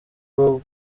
bwo